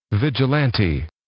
Vigilante